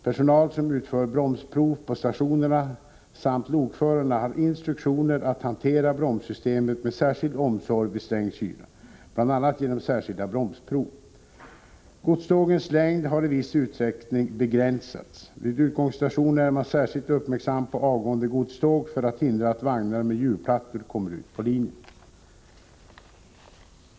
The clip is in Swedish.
Personal som utför bromsprov på stationerna samt lokförarna har instruktioner att hantera bromssystemet med särskild omsorg vid sträng kyla, bl.a. genom särskilda bromsprov. Godstågens längd har i viss utsträckning begränsats. Vid utgångsstationerna är man särskilt uppmärk 5 sam på avgående godståg för att hindra att vagnar med hjulplattor kommer ut på linjen.